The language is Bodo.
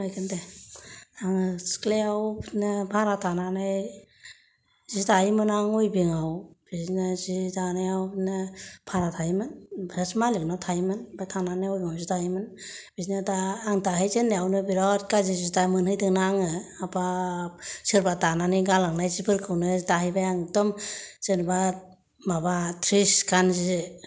फोरमायगोन दे आङो सिख्लायावनो भारा थानानै जि दायोमोन आं वेभिं आव बिदिनो जि दानायावनो भारा थायोमोन सासे मालिगनाव थायोमोन ओमफ्राय थानानै उनाव जि दायोमोन बिदिनो दा आं दाहैजेननायावनो बिराद गाज्रि जि दाहैदोंना आङो हाबाब सोरबा दानानै गालांनाय जि फोरखौनो दाहैबाय आं एखदम जेनेबा माबा ट्रिसखान जि